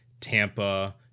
Tampa